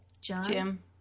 Jim